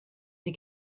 die